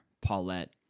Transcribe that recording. Paulette